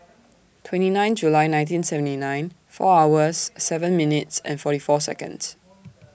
twenty nine July nineteen seventy nine four hours seven minutes and forty four Seconds